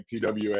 TWA